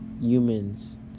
Humans